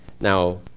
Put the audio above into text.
now